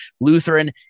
Lutheran